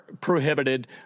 prohibited